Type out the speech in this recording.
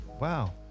Wow